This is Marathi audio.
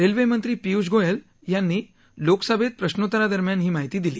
रेल्वेमंत्री पियूष गोयल यांनी लोकसभेत प्रश्रोत्तरादरम्यान ही माहिती दिली